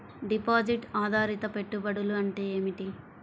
Deposit ఆధారిత పెట్టుబడులు అంటే ఏమిటి?